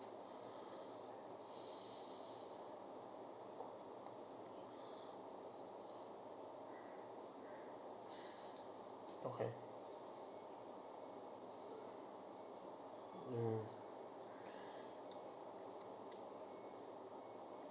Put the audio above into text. okay mm